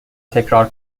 تکرار